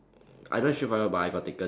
I know street fighter but it got taken